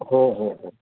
हो हो हो